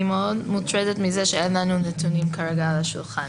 מאוד מוטרדת מזה שאין לנו נתונים כרגע על השולחן.